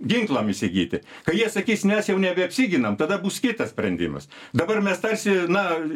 ginklam įsigyti kai jie sakys mes jau nebeapsiginam tada bus kitas sprendimas dabar mes tarsi na